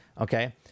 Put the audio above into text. okay